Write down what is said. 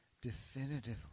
definitively